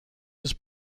was